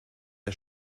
der